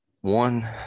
one